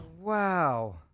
Wow